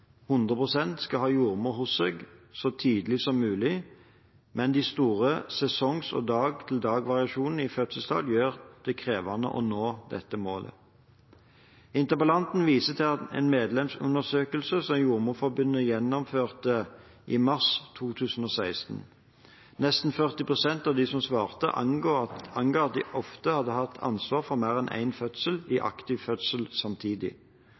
skal ha jordmor hos seg så tidlig som mulig, men de store sesong- og dag-til-dag-variasjonene i fødselstall gjør det krevende å nå dette målet. Interpellanten viser til en medlemsundersøkelse som Jordmorforbundet gjennomførte i mars 2016. Nesten 40 pst. av dem som svarte, oppga at de ofte hadde hatt ansvar for mer enn én kvinne i aktiv fødsel samtidig.